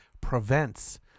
prevents